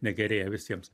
negerėja visiems